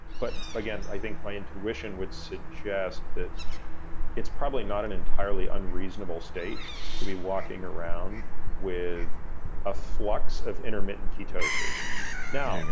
but again, i think my intuition would suggest that it's probably not an entirely unreasonable state to be walking around with a flux of intermittent ketosis there